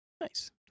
Nice